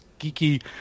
geeky